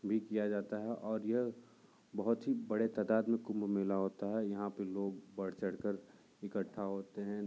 भी किया जाता है और यह बहुत ही बड़े तादात में कुम्भ मेला होता है यहाँ पर लोग बढ़ चढ़ के इकट्ठा होते हैं